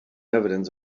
evidence